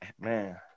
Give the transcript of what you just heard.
man